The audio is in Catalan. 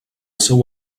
seu